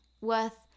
worth